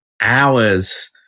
hours